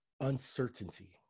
uncertainty